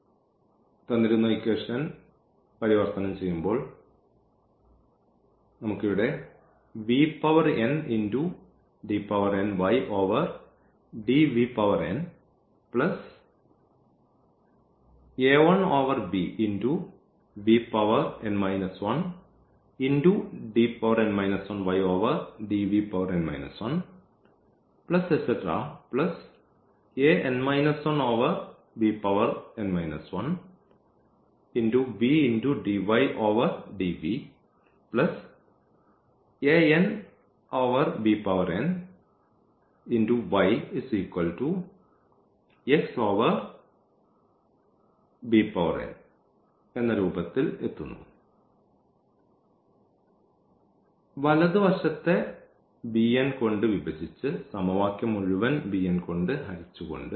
അതിനാൽ നമ്മൾ ഇത് പരിവർത്തനം ചെയ്യുമ്പോൾ നമ്മൾ ഇവിടെ എത്തുന്നത് ഈ വലത് വശത്തെ ഈ bn കൊണ്ട് വിഭജിച്ച് സമവാക്യം മുഴുവൻ ഈ bn കൊണ്ട് ഹരിച്ചുകൊണ്ട്